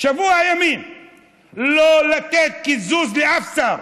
שבוע ימים לא לתת קיזוז לאף שר,